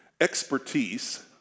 Expertise